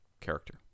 character